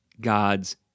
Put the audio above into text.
God's